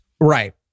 Right